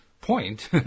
point